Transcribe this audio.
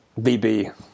VB